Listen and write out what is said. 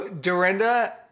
Dorinda